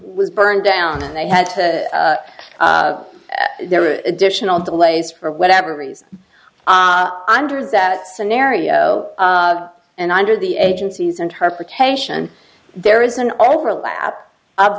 was burned down and they had to there were additional delays for whatever reason i under that scenario and under the agency's interpretation there is an overlap of